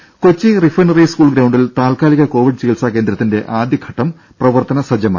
രുര Kochi refinery school ഗ്രൌണ്ടിൽ താൽക്കാലിക കോവിഡ് ചികിത്സാ കേന്ദ്രത്തിന്റെ ആദ്യഘട്ടം പ്രവർത്തന സജ്ജമായി